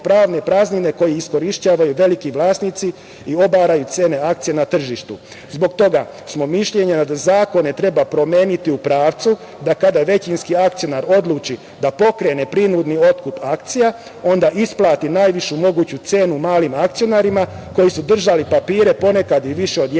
pravne praznine koju iskorišćavaju veliki vlasnici i obaraju cene akcija na tržištu. Zbog toga smo mišljenja da zakone treba promeniti u pravcu da kada većinski akcionar odluči da pokrene prinudni otkup akcija onda isplati najvišu moguću cenu malim akcionarima koji su držali papire ponekad i više od jedne